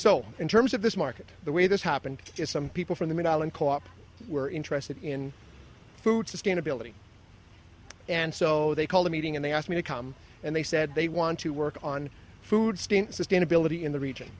so in terms of this market the way this happened is some people from the middle and co op were interested in food sustainability and so they called a meeting and they asked me to come and they said they want to work on food stamp sustainability in the region